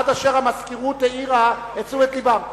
עד אשר המזכירות העירה את תשומת לבם.